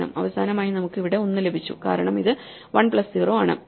അവസാനമായി നമുക്ക് ഇവിടെ ഒന്ന് ലഭിച്ചു കാരണം ഇത് 1 പ്ലസ് 0 ആണ്